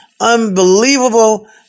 unbelievable